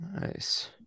Nice